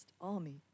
army